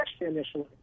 initially